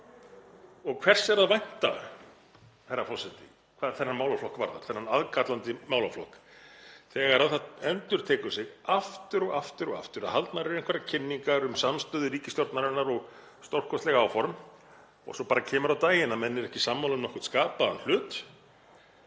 Og hvers er að vænta, herra forseti, hvað þennan málaflokk varðar, þennan aðkallandi málaflokk, þegar það endurtekur sig aftur og aftur að haldnar eru einhverjar kynningar um samstöðu ríkisstjórnarinnar og stórkostleg áform og svo kemur á daginn að menn eru ekki sammála um nokkurn skapaðan hlut?